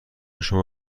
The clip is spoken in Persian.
شما